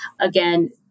Again